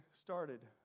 started